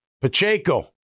Pacheco